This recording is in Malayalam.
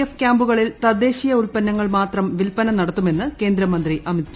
എഫ് ക്യാന്റീനുകളിൽ തൃദ്ദേശീയ ഉത്പന്നങ്ങൾ മാത്രം വിൽപ്പന നടത്തുമെന്ന് കേന്ദ്രമൃന്തി ്അമിത്ഷാ